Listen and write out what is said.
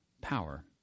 power